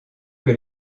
que